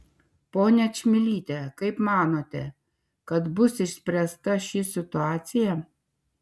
ponia čmilyte kaip manote kad bus išspręsta ši situacija